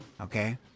Okay